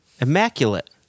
immaculate